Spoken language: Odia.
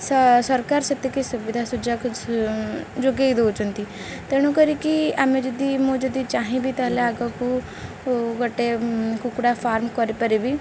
ସରକାର ସେତିକି ସୁବିଧା ସୁଯୋଗ ଯୋଗାଇ ଦେଉଛନ୍ତି ତେଣୁ କରିକି ଆମେ ଯଦି ମୁଁ ଯଦି ଚାହିଁବି ତାହେଲେ ଆଗକୁ ଗୋଟେ କୁକୁଡ଼ା ଫାର୍ମ କରିପାରିବି